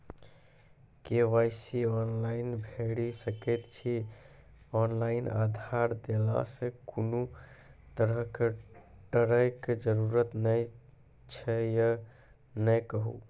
KYC online भैरि सकैत छी, ऑनलाइन आधार देलासॅ कुनू तरहक डरैक जरूरत छै या नै कहू?